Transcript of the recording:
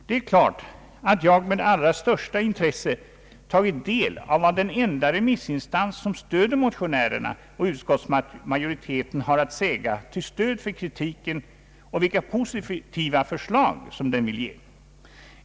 Det är klart att jag med allra största intresse tagit del av vad den enda remissinstans som stöder motionärerna och utskottsmajoriteten haft att säga till stöd för kritiken och vilka positiva förslag den vill ge.